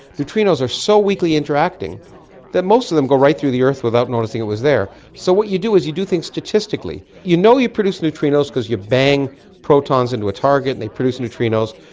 neutrinos are so weakly interacting that most of them go right through the earth without noticing it was there. so what you do is you do things statistically. you know you produce neutrinos because you bang protons into a target and they produce neutrinos,